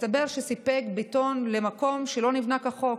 מסתבר שסיפק בטון למקום שלא נבנה כחוק.